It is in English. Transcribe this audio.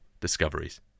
discoveries